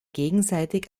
gegenseitig